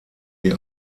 die